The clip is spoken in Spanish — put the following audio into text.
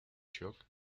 shock